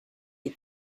que